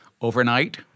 overnight